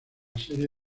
serie